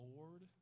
Lord